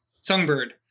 Songbird